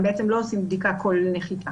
הם בעצם לא עושים בדיקה כל נחיתה.